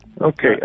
Okay